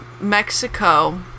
Mexico